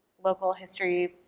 local history,